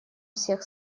всех